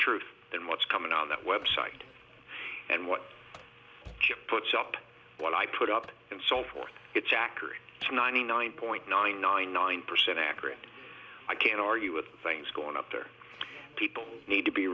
truth than what's coming on that web site and what chip puts up what i put up and so forth it's accurate to ninety nine point nine nine nine percent accurate i can argue with things going after people need to be